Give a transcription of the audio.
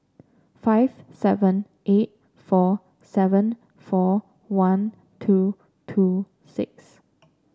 five seven eight four seven four one two two six